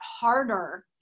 harder